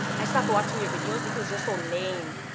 i stopped watching your videos because you're so lame.